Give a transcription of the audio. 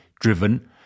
driven